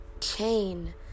chain